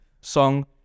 song